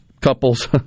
couples